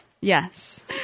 Yes